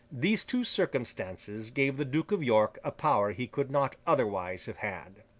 these two circumstances gave the duke of york a power he could not otherwise have had.